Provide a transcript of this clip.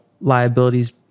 liabilities